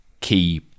key